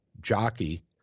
jockey